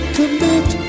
commit